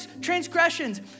transgressions